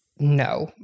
No